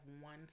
one